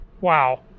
Wow